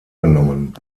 genommen